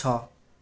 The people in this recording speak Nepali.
छ